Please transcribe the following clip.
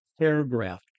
paragraph